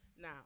Now